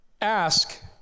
ask